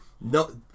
No